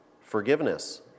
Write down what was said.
forgiveness